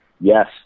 yes